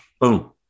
boom